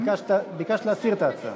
ביקשת להסיר את ההצעה.